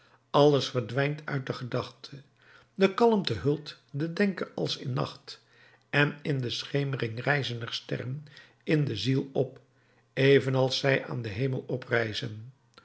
alles verdwijnt uit de gedachte de kalmte hult den denker als in nacht en in de schemering rijzen er sterren in de ziel op evenals zij aan den hemel